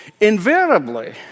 Invariably